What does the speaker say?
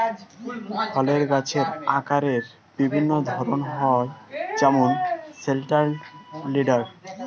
ফলের গাছের আকারের বিভিন্ন ধরন হয় যেমন সেন্ট্রাল লিডার